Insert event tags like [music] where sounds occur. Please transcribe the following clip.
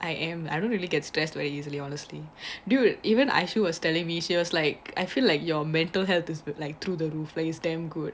I am I don't really get stressed so easily one honestly [breath] dude even I she was telling me she was like I feel like your mental health is like through the roof it's damn good